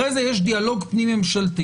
אחרי זה יש דיאלוג פנים ממשלתי.